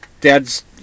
Dad's